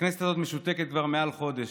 הכנסת הזאת משותקת כבר מעל חודש,